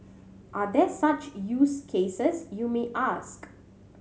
are there such use cases you may ask